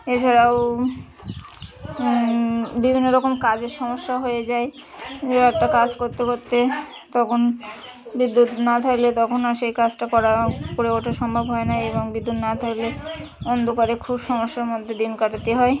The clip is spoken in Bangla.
এছাড়াও বিভিন্ন রকম কাজের সমস্যা হয়ে যায় দু একটা কাজ করতে করতে তখন বিদ্যুৎ না থাকলে তখন আর সেই কাজটা করা করে ওঠা সম্ভব হয় না এবং বিদ্যুৎ না থাকলে অন্ধকারে খুব সমস্যার মধ্যে দিন কাটাতে হয়